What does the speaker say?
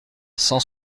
cent